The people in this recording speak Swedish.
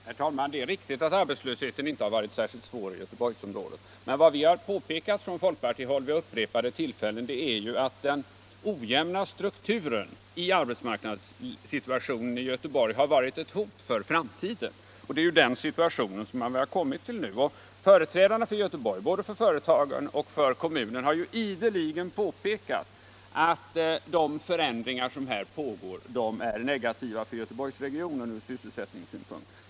Herr talman! Det är riktigt att arbetslösheten inte har varit särskilt — ”egionen svår i Göteborgsområdet. Men vad vi vid upprepade tillfällen har påpekat från folkpartihåll är att den ojämna strukturen i arbetsmarknadssituationen i Göteborg är ett hot för framtiden. Det är ju den situationen som man har kommit till nu. Företrädare för Göteborg — både från företagen och från kommunen -— har ideligen påpekat att de förändringar som här pågår är negativa för Göteborgsregionen ur sysselsättningssynpunkt.